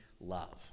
love